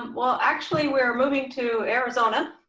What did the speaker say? well, actually, we're moving to arizona.